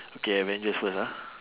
okay avengers first ah